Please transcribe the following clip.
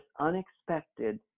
unexpected